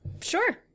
Sure